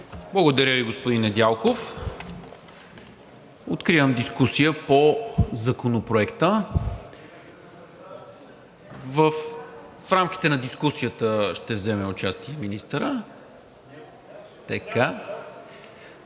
Благодаря Ви, господин Недялков. Откривам дискусията по Законопроекта. В рамките на дискусията ще вземе участие и министърът.